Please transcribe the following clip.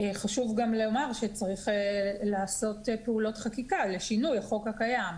חשוב גם לומר שצריך לעשות פעולות חקיקה לשינוי החוק הקיים.